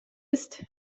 ist